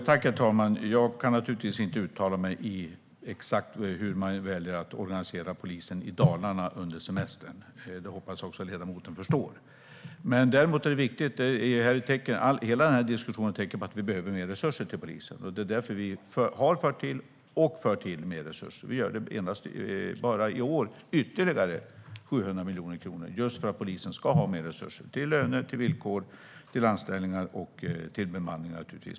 Herr talman! Jag kan naturligtvis inte uttala mig om exakt hur man väljer att organisera polisen i Dalarna under semestern; det hoppas jag att ledamoten förstår. Hela denna diskussion är dock ett tecken på att vi behöver mer resurser till polisen. Det är därför vi har fört till och för till mer resurser: bara i år ytterligare 700 miljoner kronor, just för att polisen ska ha mer resurser till löner, villkor, anställningar och bemanning.